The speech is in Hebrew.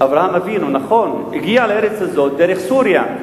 אברהם אבינו, נכון, הגיע לארץ הזאת דרך סוריה.